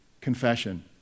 confession